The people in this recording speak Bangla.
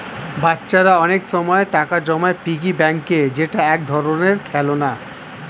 বাচ্চারা অনেক সময় টাকা জমায় পিগি ব্যাংকে যেটা এক ধরনের খেলনা